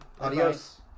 Adios